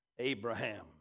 Abraham